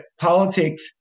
politics